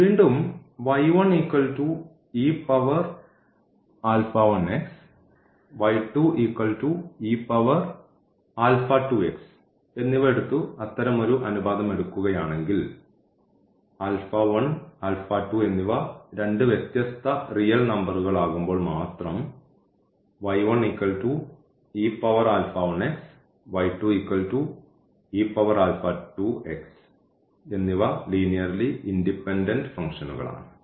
വീണ്ടും എന്നിവ എടുത്തു അത്തരമൊരു അനുപാതം എടുക്കുകയാണെങ്കിൽ എന്നിവ രണ്ട് വ്യത്യസ്ത റിയൽ നമ്പറുകൾ ആകുമ്പോൾ മാത്രം എന്നിവ ലീനിയർലി ഇൻഡിപെൻഡൻറ് ഫംഗ്ഷനുകൾ ആണ്